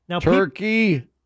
Turkey